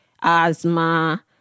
asthma